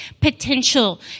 potential